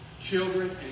children